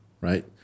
right